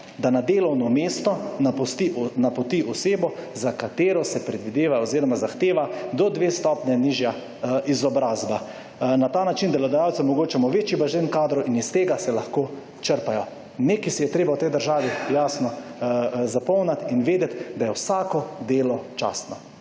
da na delovno mesto napoti osebo za katero se predvideva oziroma zahteva do dve stopnje nižja izobrazba. Na ta način delodajalcem omogočamo večji bazen kadrov in iz tega se lahko črpajo. Nekaj si je treba v tej državi jasno zapomniti in vedeti, da je vsako delo častno.